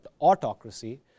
autocracy